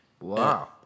Wow